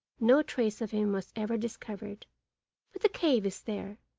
no trace of him was ever discovered but the cave is there,